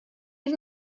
ate